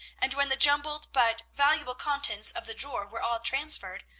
and when the jumbled but valuable contents of the drawer were all transferred,